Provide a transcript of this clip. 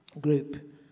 group